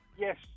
Yes